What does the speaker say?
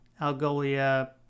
Algolia